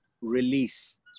release